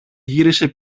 γύρισε